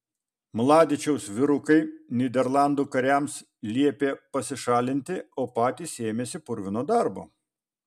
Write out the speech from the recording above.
mladičiaus vyrukai nyderlandų kariams liepė pasišalinti o patys ėmėsi purvino darbo